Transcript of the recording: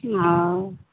ओऽ